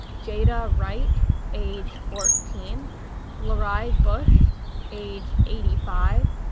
jada wright age fourteen lerae bush age eighty five,